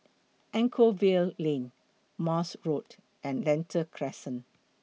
Anchorvale Lane Morse Road and Lentor Crescent